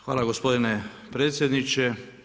Hvala gospodine predsjedniče.